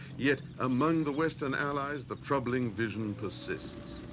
yet among the western allies the troubling vision persists.